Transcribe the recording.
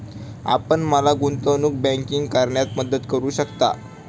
आपण मला गुंतवणूक बँकिंग करण्यात मदत करू शकता?